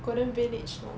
Golden Village lor